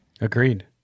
Agreed